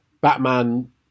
Batman